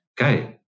okay